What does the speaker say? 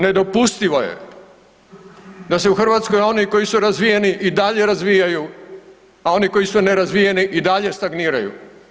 Nedopustivo je da se u Hrvatskoj oni koji su razvijeni i dalje razvijaju, a oni koji su nerazvijeni i dalje stagniraju.